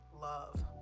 love